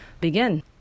begin